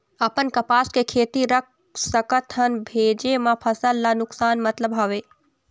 अपन कपास के खेती रख सकत हन भेजे मा फसल ला नुकसान मतलब हावे?